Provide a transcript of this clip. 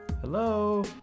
Hello